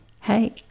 Hey